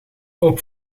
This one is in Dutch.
ook